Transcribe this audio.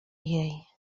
jej